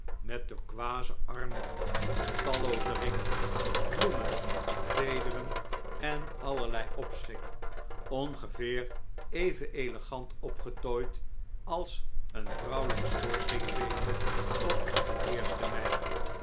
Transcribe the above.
met turkooizen armbanden tallooze ringen bloemen vederen en allerlei opschik ongeveer even elegant opgetooid als een vrouwelijke schoorsteenveger op den eersten mei